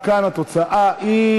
ההצעה תעבור לוועדת חוקה,